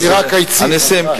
אווירה קיצית.